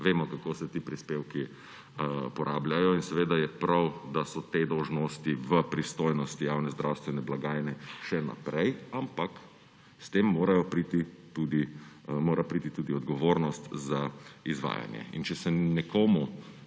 vemo, kako se ti prispevki porabljajo, in seveda je prav, da so te dolžnosti v pristojnosti javne zdravstvene blagajne še naprej, ampak s tem mora priti tudi odgovornost za izvajanje. Če se nekomu